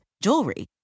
jewelry